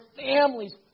families